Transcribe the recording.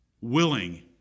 Willing